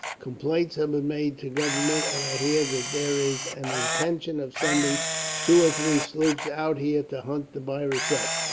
complaints have been made to government, and i hear that there is an intention of sending two three sloops out here to hunt the pirates up.